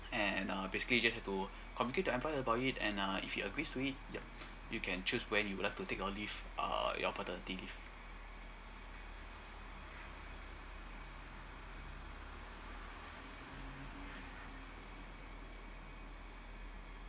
and uh basically just have to communicate to employer about it and uh if you agrees to it yup you can choose when you'd like to take your leave uh your paternity leave